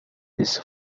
his